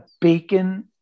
bacon